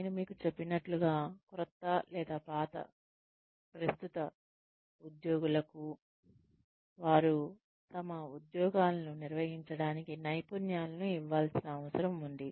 నేను మీకు చెప్పినట్లుగా కొత్త లేదా ప్రస్తుత ఉద్యోగులకు వారు తమ ఉద్యోగాలను నిర్వహించటానికి నైపుణ్యాలను ఇవ్వాల్సిన అవసరం ఉంది